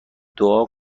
دعا